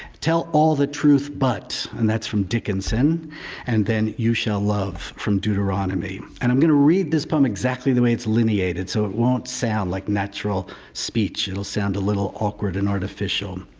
tell all the truth but. and that's from dickinson and then you shall love from deuteronomy. and i'm going to read this poem exactly the way it's lineated. so it won't sound like natural speech. it will sound a little awkward and artificial.